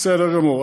בסדר גמור.